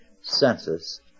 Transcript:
census